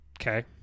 Okay